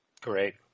Great